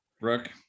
Brooke